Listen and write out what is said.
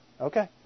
Okay